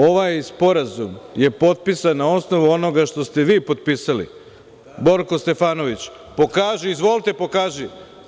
Ovaj sporazum je potpisan na osnovu onoga što ste vi potpisali, Borko Stefanović, izvolte, pokaži.